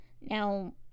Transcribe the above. Now